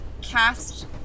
cast